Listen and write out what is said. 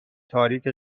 تاریک